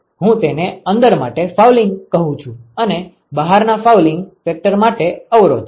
તો હું તેને અંદરમાટે ફાઉલીંગ કહું છું અને બહારના ફાઉલિંગ ફેક્ટર માટે અવરોધ